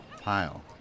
Pile